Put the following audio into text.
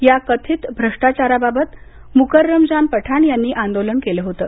या कथित भ्रष्टाचाराबाबत मुकर्रमजान पठाण यांनी आंदोलन केलं होतं